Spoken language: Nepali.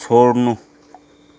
छोड्नु